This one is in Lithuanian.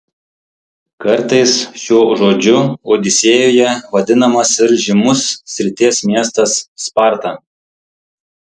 kartais šiuo žodžiu odisėjoje vadinamas ir žymus srities miestas sparta